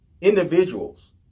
Individuals